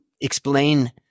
explain